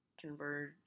converge